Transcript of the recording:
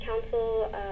Council